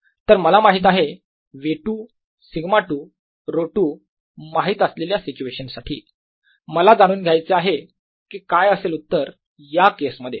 तर मला माहित आहे V2 σ2 ρ2 माहीत असलेले सिच्युएशन साठी मला जाणून घ्यायचे आहे की काय असेल उत्तर या केस मध्ये